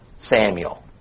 Samuel